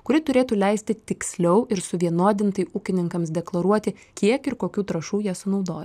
kuri turėtų leisti tiksliau ir suvienodintai ūkininkams deklaruoti kiek ir kokių trąšų jie sunaudoja